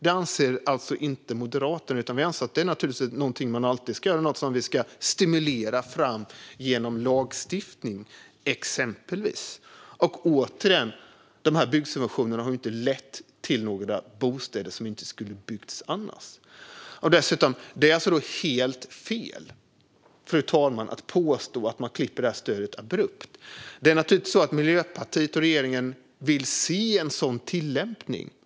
Det anser alltså inte Moderaterna. Vi anser att det är någonting som man alltid ska göra och något som vi ska stimulera fram exempelvis genom lagstiftning. Återigen: Dessa byggsubventioner har inte lett till några bostäder som annars inte skulle ha byggts. Fru talman! Det är helt fel att påstå att man klipper detta stöd abrupt. Miljöpartiet och regeringen vill naturligtvis se en sådan tillämpning.